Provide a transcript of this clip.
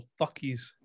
fuckies